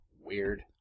Weird